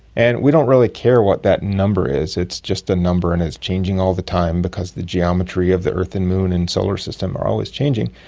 and we don't really care what that number is, it's just a number and it's changing all the time because the geometry of the earth and moon and solar system are always changing,